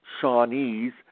Shawnees